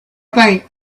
think